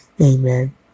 Amen